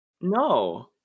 No